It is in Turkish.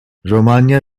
romanya